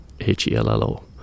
H-E-L-L-O